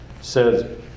says